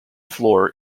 floor